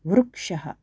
वृक्षः